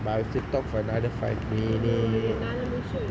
but I have to talk for another five minutes